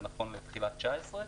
זה נכון לתחילת 2019,